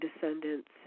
Descendants